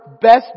best